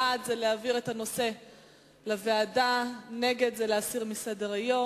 בעד, ועדה, נגד, להסיר מסדר-היום.